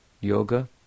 yoga